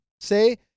say